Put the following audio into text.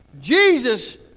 Jesus